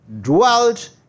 dwelt